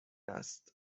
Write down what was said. است